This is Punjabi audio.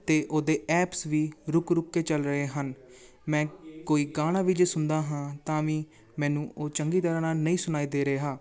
ਅਤੇ ਉਹਦੇ ਐਪਸ ਵੀ ਰੁਕ ਰੁਕ ਕੇ ਚੱਲ ਰਹੇ ਹਨ ਮੈਂ ਕੋਈ ਗਾਣਾ ਵੀ ਜੇ ਸੁਣਦਾ ਹਾਂ ਤਾਂ ਵੀ ਮੈਨੂੰ ਉਹ ਚੰਗੀ ਤਰ੍ਹਾਂ ਨਾਲ ਨਹੀਂ ਸੁਣਾਈ ਦੇ ਰਿਹਾ